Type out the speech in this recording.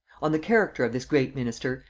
on the character of this great minister,